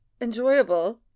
enjoyable